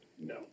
No